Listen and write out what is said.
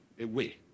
away